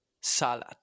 salad